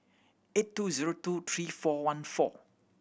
eight two zero two three four one four